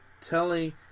telling